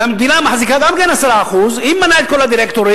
והמדינה מחזיקה גם כן 10%. היא ממנה את כל הדירקטורים,